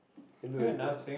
can do anything